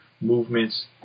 movements